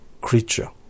creature